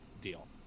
deal